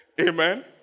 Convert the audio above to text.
Amen